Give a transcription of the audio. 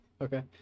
Okay